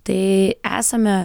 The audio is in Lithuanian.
tai esame